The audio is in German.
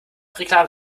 reklame